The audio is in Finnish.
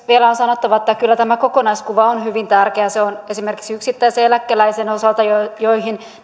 vielä on sanottava että kyllä tämä kokonaiskuva on hyvin tärkeä esimerkiksi yksittäisen eläkeläisen osalta jolle nämä